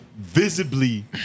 visibly